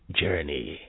journey